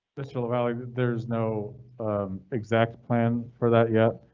crystal valley, there's no exact plan for that yet,